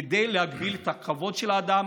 כדי להגביל את הכבוד של האדם,